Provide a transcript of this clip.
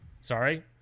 Sorry